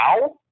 now